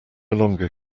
longer